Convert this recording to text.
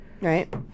Right